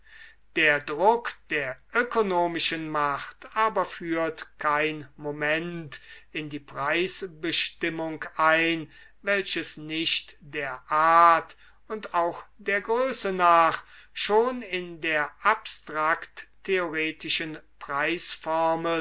der druck der ökonomischen macht aber führt kein moment in die preisbestimmung ein welches nicht der art und auch der größe nach schon in der